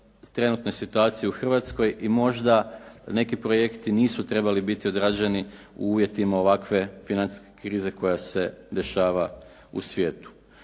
trenutnoj situaciji u Hrvatskoj i možda neki projekti nisu trebali biti odrađeni u uvjetima ovakve financijske krize koja se dešava u svijetu.